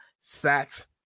Sat